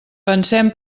pensem